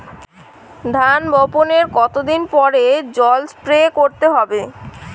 ধান বপনের কতদিন পরে জল স্প্রে করতে হবে?